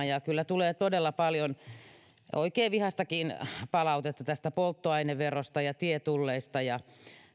ja kyllä tulee todella paljon oikein vihaistakin palautetta esimerkiksi polttoaineverosta tietulleista ja